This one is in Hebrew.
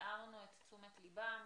הערנו את תשומת ליבם,